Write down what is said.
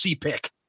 pick